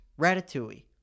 Ratatouille